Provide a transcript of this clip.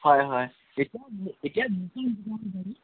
হয় হয় এতিয়া বহু এতিয়া বহুতখন সুবিধা হ'ল গাড়ীৰ